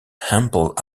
ample